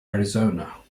arizona